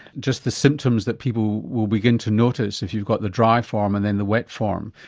just the symptoms that people will begin to notice if you've got the dry form and then the wet form,